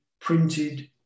printed